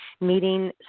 meeting